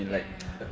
ya ya ya